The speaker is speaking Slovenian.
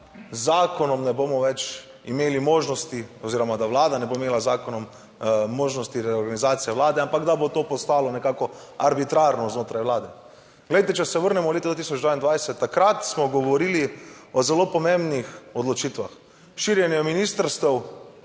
z zakonom ne bomo več imeli možnosti oziroma da vlada ne bo imela z zakonom možnosti reorganizacije vlade, ampak da bo to postalo nekako arbitrarno znotraj vlade. Glejte, če se vrnemo leta 2022, takrat smo govorili o zelo pomembnih odločitvah. Širjenje ministrstev